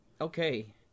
Okay